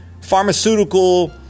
pharmaceutical